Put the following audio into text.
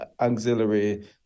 auxiliary